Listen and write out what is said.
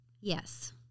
yes